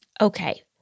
Okay